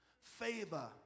Favor